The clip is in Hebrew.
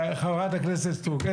חבר הכנסת יריב לוין, ברוך הבא לוועדה.